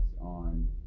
on